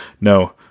no